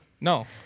No